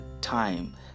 time